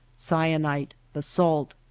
syenite, basalt.